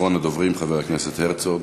אחרון הדוברים, חבר הכנסת הרצוג.